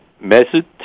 method